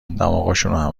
دماغشونو